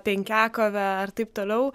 penkiakovę ir taip toliau